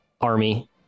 army